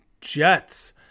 Jets